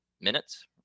minutes